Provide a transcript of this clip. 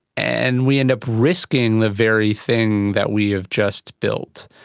and we end up risking the very thing that we have just built.